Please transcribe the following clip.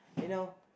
you know